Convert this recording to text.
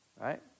Right